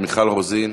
מיכל רוזין?